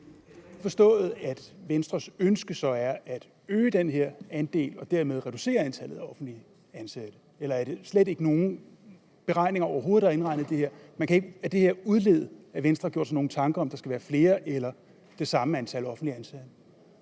rigtigt forstået, at Venstres ønske så er at øge den her andel og dermed reducere antallet af offentligt ansatte? Eller er der slet ikke nogen beregninger overhovedet med i det her? Man kan ikke af det her udlede, at Venstre har gjort sig nogen tanker om, at der skal være flere eller det samme antal offentligt ansatte.